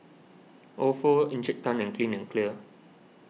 Ofo Encik Tan and Clean and Clear